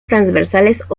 transversales